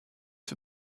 for